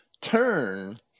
turn